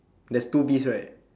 there's two bees right